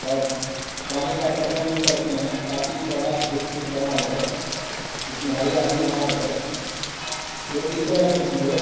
और पानी का पटवन भी करते हैं ताकि पौधा हस्त पुष्ट बना रहे इसमें हरियाली बनी रहे तो इस तरह से हम लोग